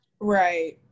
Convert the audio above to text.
Right